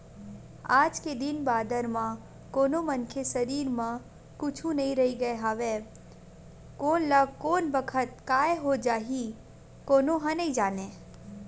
आज के दिन बादर म कोनो मनखे के सरीर म कुछु नइ रहिगे हवय कोन ल कोन बखत काय हो जाही कोनो ह नइ जानय